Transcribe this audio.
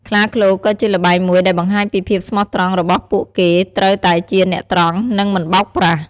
ខ្លាឃ្លោកក៏ជាល្បែងមួយដែលបង្ហាញពីភាពស្មោះត្រង់របស់មេពួកគេត្រូវតែជាអ្នកត្រង់ និងមិនបោកប្រាស់។